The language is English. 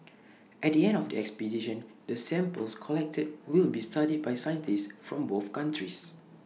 at the end of the expedition the samples collected will be studied by scientists from both countries